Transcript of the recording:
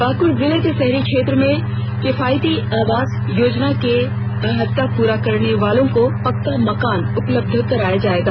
पाकुड़ जिले के शहरी क्षेत्र में किफायती आवास योजना की अहर्ता पूरा करने वाले को पक्का मकान उपलब्ध कराया जायेगा